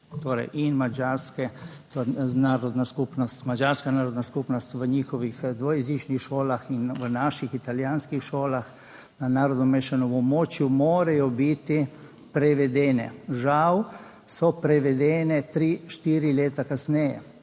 madžarska narodna skupnost v njihovih dvojezičnih šolah in v naših italijanskih šolah na narodno mešanem območju morajo biti prevedene. Žal so prevedene tri, štiri leta kasneje,